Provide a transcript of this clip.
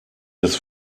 des